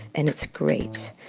and it's great.